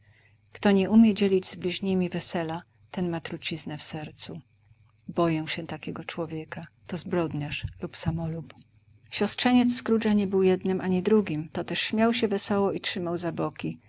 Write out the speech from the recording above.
kto nie umie dzielić z bliźnimi wesela ten ma truciznę w sercu boję się takiego człowieka to zbrodniarz lub samolub siostrzeniec scroogea nie był jednym ani drugim to też śmiał się wesoło i trzymał za boki